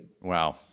Wow